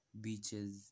beaches